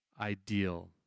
ideal